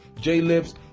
J-Lips